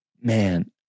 Man